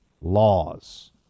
laws